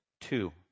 two